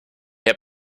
herr